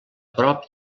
prop